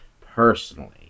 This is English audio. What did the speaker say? Personally